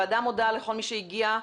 הוועדה מודה לכל מי שהגיע,